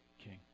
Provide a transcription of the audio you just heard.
king